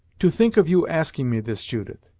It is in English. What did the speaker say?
to think of you asking me this, judith!